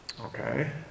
Okay